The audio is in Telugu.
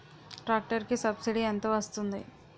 ట్రాక్టర్ కి సబ్సిడీ ఎంత వస్తుంది?